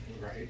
Right